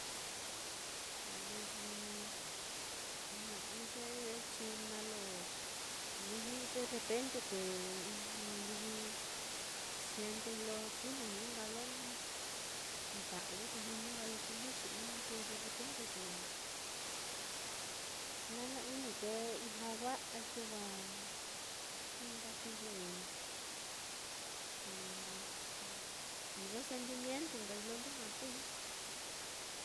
Livi ijña ɨ́ɨ́n ye china lo livi derepende te livi sientei lo kujnuni nka lo nda'yii, kujnuni nka lo kuluxi-inii, te derepende te lana-ini te ijña wa'ai, te wa tūū nka su ye s-iyo nka sentimientui lo lujua kuui naá.